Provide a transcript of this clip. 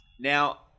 Now